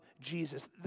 Jesus